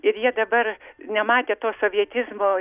ir jie dabar nematė to sovietizmo